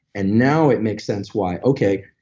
and now it makes sense why. okay,